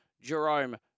Jerome